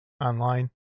online